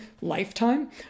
lifetime